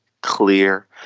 clear